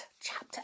chapter